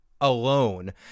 alone